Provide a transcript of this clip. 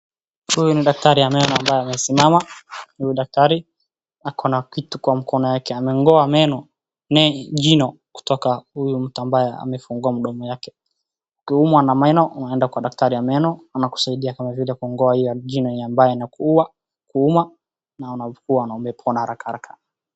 Huyu ni daktari wa meno ambaye amesimama. Huyu daktari ako na kitu kwa mkono wake. Ameng'oa jino kutoka kwa huyu mtu ambaye amefungua mdomo wake. Ukiumwa na meno unaenda kwa daktari wa meno anakusaidia kama vile kung'oa hilo jino ambalo linakuuma na unapona haraka haraka.